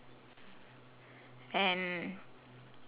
and